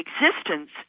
existence